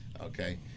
okay